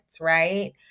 right